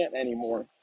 anymore